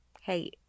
Hey